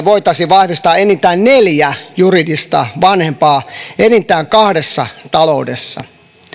voitaisiin vahvistaa enintään neljä juridista vanhempaa enintään kahdessa taloudessa